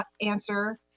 answer